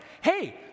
Hey